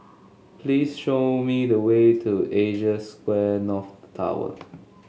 please show me the way to Asia Square North Tower